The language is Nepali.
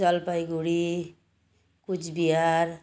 जलपाइगुडी कुच बिहार